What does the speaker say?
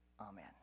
Amen